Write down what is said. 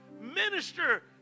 minister